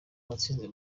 watsinze